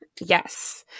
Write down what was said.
Yes